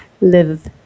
live